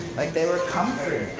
they were comforting.